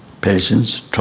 patience